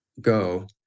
go